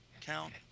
count